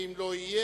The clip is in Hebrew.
ואם לא יהיה,